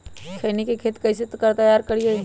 खैनी के खेत कइसे तैयार करिए?